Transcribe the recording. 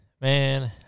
Man